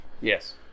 Yes